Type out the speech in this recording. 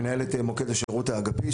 מנהלת מוקד השירות האגפי,